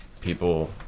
people